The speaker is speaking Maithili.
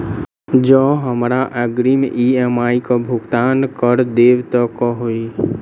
जँ हमरा अग्रिम ई.एम.आई केँ भुगतान करऽ देब तऽ कऽ होइ?